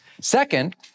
Second